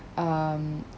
um